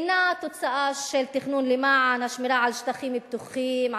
אינה תוצאה של תכנון למען השמירה על שטחים פתוחים,